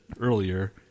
earlier